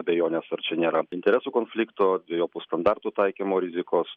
abejonės ar čia nėra interesų konflikto dvejopų standartų taikymo rizikos